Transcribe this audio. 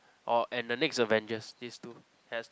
or and the next Avengers this two has